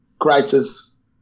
crisis